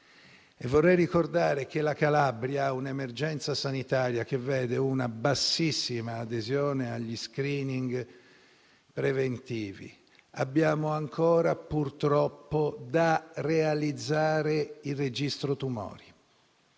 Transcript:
Vorrei ricordare che la Calabria vive un'emergenza sanitaria che vede una bassissima adesione agli *screening* preventivi. Abbiamo ancora, purtroppo, da realizzare il registro tumori.